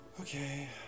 Okay